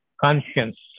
conscience